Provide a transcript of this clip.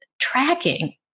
tracking